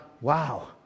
wow